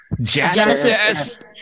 Genesis